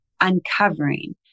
uncovering